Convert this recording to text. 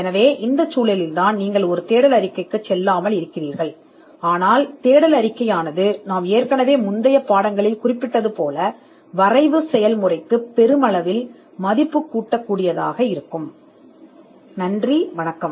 எனவே நீங்கள் ஒரு தேடல் அறிக்கைக்கு செல்ல விரும்பாத நிபந்தனைகள் இவைதான் ஆனால் எங்கள் முந்தைய பாடங்களில் நாங்கள் ஏற்கனவே காட்டியுள்ளபடி தேடல் அறிக்கை வரைவு செயல்முறைக்கு கணிசமான மதிப்பைக் கொண்டு வரக்கூடும்